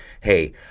hey